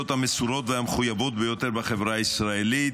המסורות והמחויבות ביותר בחברה הישראלית,